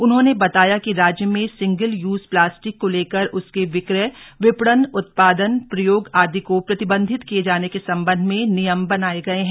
उन्होंने बताया कि राज्य में सिंगल यूज प्लास्टिक को लेकर उसके विक्रय विपणन उत्पादन प्रयोग आदि को प्रतिबंधित किये जाने के संबंध में नियम बनाये गये है